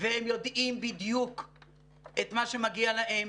והם יודעים בדיוק את מה שמגיע להם.